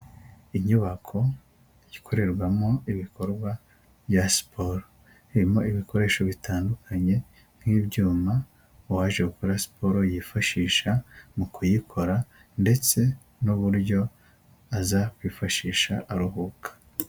Inyubako ikorerwamo ibikorwa bya siporo irimo ibikoresho bitandukanye nk'ibyuma, uwaje gukora siporo yifashisha mu kuyikora ndetse n'uburyo azakwifashisha aruhuka.